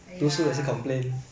!aiya!